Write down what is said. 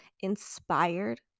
inspired